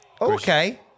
Okay